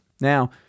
now